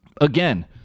Again